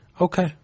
Okay